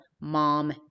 Mom